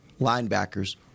linebackers